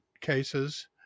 cases